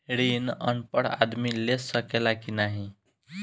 ऋण अनपढ़ आदमी ले सके ला की नाहीं?